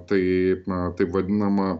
tai na tai vadinama